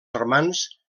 germans